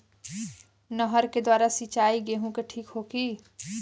नहर के द्वारा सिंचाई गेहूँ के ठीक होखि?